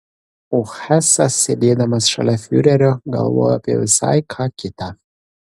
o hesas sėdėdamas šalia fiurerio galvojo visai apie ką kitą